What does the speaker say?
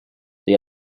they